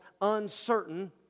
uncertain